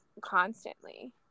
constantly